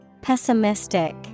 Pessimistic